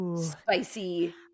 Spicy